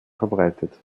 verbreitet